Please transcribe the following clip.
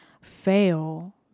fail